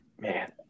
Man